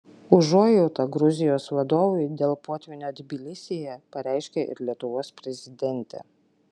užuojautą gruzijos vadovui dėl potvynio tbilisyje pareiškė ir lietuvos prezidentė